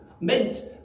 meant